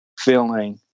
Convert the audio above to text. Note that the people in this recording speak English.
feeling